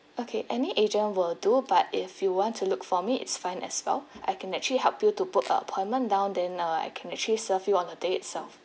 okay any agent will do but if you want to look for me it's fine as well I can actually help you to put appointment down then uh I can actually serve you on the day itself